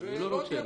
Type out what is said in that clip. --- אני לא רוצה.